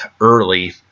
early